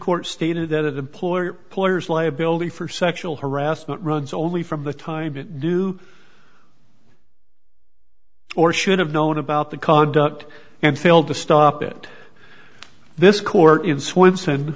court stated that employer players liability for sexual harassment runs only from the time it knew or should have known about the conduct and failed to stop it this court in swi